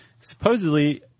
Supposedly